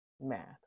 math